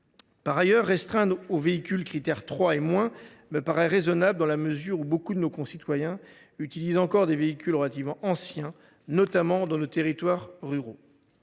Par ailleurs, restreindre le dispositif aux véhicules Crit’Air 3 et moins me semble raisonnable, dans la mesure où nombre de nos concitoyens utilisent encore des véhicules relativement anciens, notamment dans nos territoires ruraux.